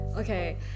Okay